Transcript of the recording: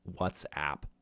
WhatsApp